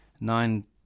nine